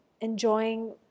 enjoying